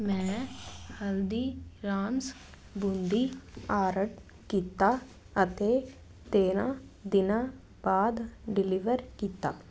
ਮੈਂ ਹਲਦੀਰਾਮਸ ਬੂੰਦੀ ਆਰਡ ਕੀਤਾ ਅਤੇ ਤੇਰ੍ਹਾਂ ਦਿਨਾਂ ਬਾਅਦ ਡਿਲੀਵਰ ਕੀਤਾ